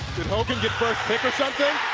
did hogan get first pick or something?